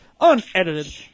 unedited